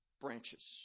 branches